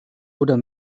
oder